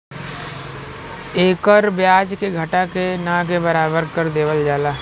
एकर ब्याज के घटा के ना के बराबर कर देवल जाला